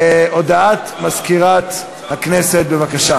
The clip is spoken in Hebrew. הודעת מזכירת הכנסת, בבקשה.